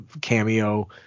cameo